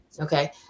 Okay